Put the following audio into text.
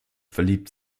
verliebt